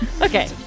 Okay